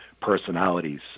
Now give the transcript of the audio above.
personalities